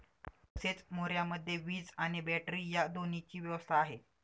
तसेच मोऱ्यामध्ये वीज आणि बॅटरी या दोन्हीची व्यवस्था आहे